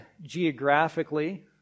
geographically